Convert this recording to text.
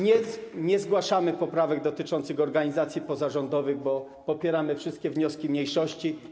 Nie zgłaszamy poprawek dotyczących organizacji pozarządowych, bo popieramy wszystkie wnioski mniejszości.